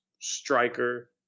striker